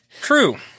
True